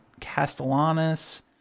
Castellanos